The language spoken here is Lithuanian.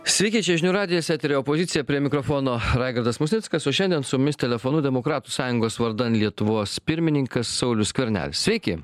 sveiki čia žinių radijas etery opozicija prie mikrofono raigardas musnickas o šiandien su mumis telefonu demokratų sąjungos vardan lietuvos pirmininkas saulius skvernelis sveiki